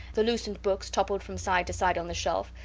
the loosened books toppled from side to side on the shelf,